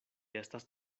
estas